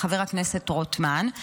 חבר הכנסת רוטמן,